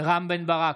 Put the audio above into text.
רם בן ברק,